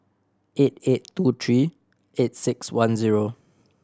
eight eight two three eight six one zero